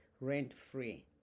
rent-free